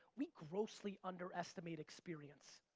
we grossly underestimate experience.